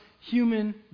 human